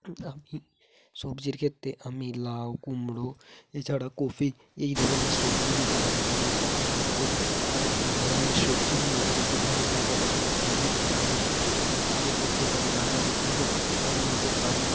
আমি সবজির ক্ষেত্রে আমি লাউ কুমড়ো এছাড়াও কোফি এই ধরনের সবজিগুলো লাগাতে বেশি পছন্দ করি কারণ এই ধরনের সবজিগুলো যদি আমি লাগাই সেইগুলো আমি বিক্রিও করতে পারি বাজারে এবং আমি নিজের বাড়ির